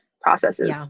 processes